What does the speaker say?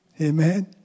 Amen